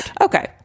okay